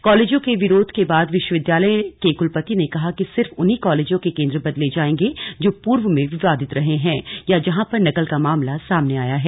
कॉलेजों के विरोध के बाद विश्वविद्यालय के क्लपति ने कहा कि सिर्फ उन्हीं कालेजों के केंद्र बदले जाएंगे जो पूर्व में विवादित रहे हैं या जहां पर नकल का मामला सामने आया है